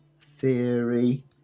Theory